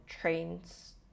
trains